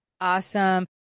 Awesome